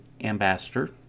ambassador